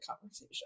conversation